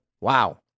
Wow